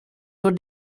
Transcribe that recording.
would